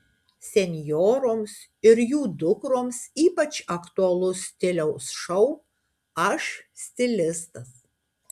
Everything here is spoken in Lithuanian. senjoroms ir jų dukroms ypač aktualus stiliaus šou aš stilistas